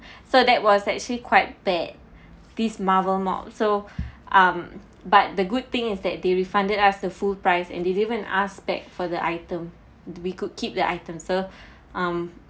so that was actually quite bad this marvel mop so um but the good thing is that they refunded us the full price and they didn't even ask back for the item we could keep the item so um